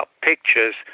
pictures